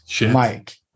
Mike